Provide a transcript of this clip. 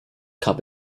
cup